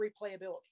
replayability